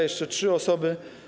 Jeszcze trzy osoby.